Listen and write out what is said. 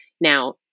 Now